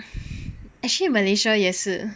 actually Malaysia 也是